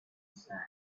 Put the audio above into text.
sight